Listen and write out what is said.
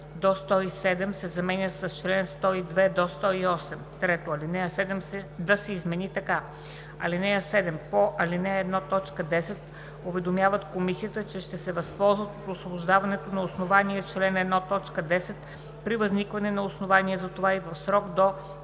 Лицата по ал. 1, т. 10 уведомяват комисията, че ще се възползват от освобождаването на основание ал. 1, т. 10 при възникване на основание за това и в срок до